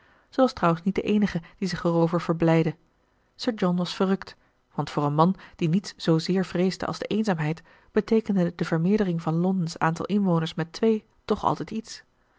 was trouwens niet de eenige die zich erover verblijdde sir john was verrukt want voor een man die niets zoozeer vreesde als de eenzaamheid beteekende de vermeerdering van londen's aantal inwoners met twee toch altijd iets